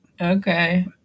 Okay